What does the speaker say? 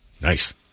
Nice